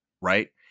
right